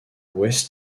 west